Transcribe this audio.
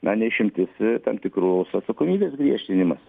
na ne išimtis tam tikrų atsakomybės griežtinimas